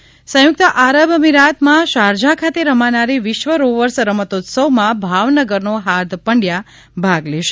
હાર્દ પંડ્યા સયુંકત આરબ મીરાતમાં શારજાહ ખાતે રમાનારી વિશ્વ રોવર્સ રમતોત્સવમાં ભાવનગરનો હાર્દ પંડ્યા ભાગ લેશે